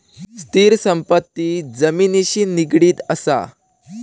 स्थिर संपत्ती जमिनिशी निगडीत असा